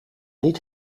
niet